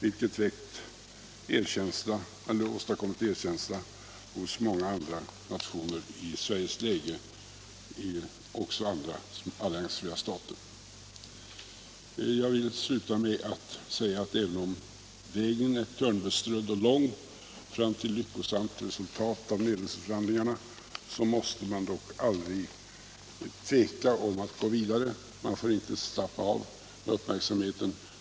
Jag vill sluta med att säga att även om vägen är törnbeströdd och utrikesdepartemen område lång fram till lyckosamma resultat av nedrustningsförhandlingarna får man aldrig tveka om att gå vidare. Man får inte släppa av på uppmärksamheten.